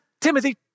Timothy